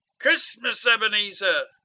christmas, ebenezer!